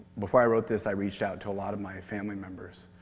before i wrote this, i reached out to a lot of my family members.